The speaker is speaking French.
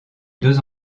deux